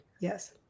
yes